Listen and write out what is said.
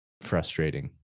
frustrating